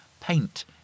paint